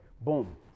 boom